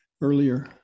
earlier